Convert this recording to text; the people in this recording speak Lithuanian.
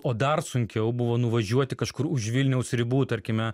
o dar sunkiau buvo nuvažiuoti kažkur už vilniaus ribų tarkime